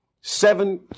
Seven